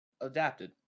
adapted